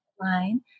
line